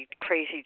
crazy